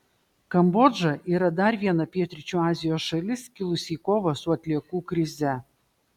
kambodža yra dar viena pietryčių azijos šalis kilusi į kovą su atliekų krize